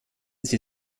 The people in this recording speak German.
sie